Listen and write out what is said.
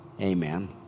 Amen